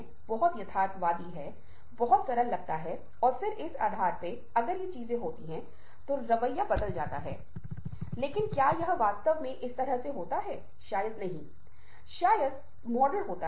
यदि आप एक अच्छे श्रोता होना सीखते हैं तो आप इस प्रक्रिया में भी सीखते हैं कि एक बेहतर इंसान कैसे बनें और शायद यह लंबे समय में अधिक प्रभावी होने वाला है